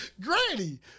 Granny